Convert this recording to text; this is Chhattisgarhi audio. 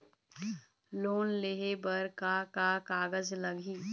लोन लेहे बर का का कागज लगही?